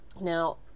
Now